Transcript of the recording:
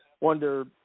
wonder